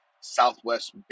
Southwest